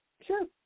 Sure